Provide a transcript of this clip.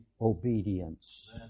obedience